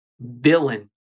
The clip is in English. villain